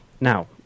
Now